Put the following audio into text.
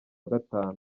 gatanu